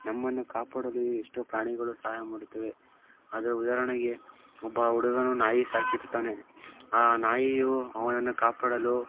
ನಮ್ಮನ್ನು ಕಾಪಾಡಲು ಎಷ್ಟೋ ಪ್ರಾಣಿಗಳು ಸಹಾಯ ಮಾಡುತ್ತವೆ ಅದರ ಉದಾಹರಣೆಗೆ ಒಬ್ಬ ಹುಡುಗನು ನಾಯಿ ಸಾಕಿರುತ್ತಾನೆ ಆ ನಾಯಿಯು ಅವನನ್ನು ಕಾಪಾಡಲು